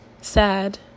sad